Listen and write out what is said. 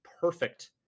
perfect